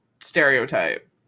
stereotype